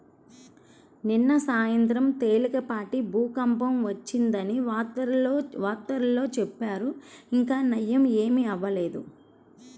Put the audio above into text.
నిన్న సాయంత్రం తేలికపాటి భూకంపం వచ్చిందని వార్తల్లో చెప్పారు, ఇంకా నయ్యం ఏమీ అవ్వలేదు